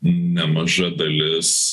nemaža dalis